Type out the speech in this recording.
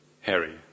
Harry